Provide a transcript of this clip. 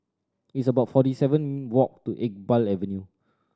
it's about forty seven walk to Iqbal Avenue